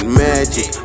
magic